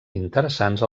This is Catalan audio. interessants